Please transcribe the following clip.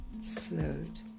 slowed